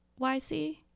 YC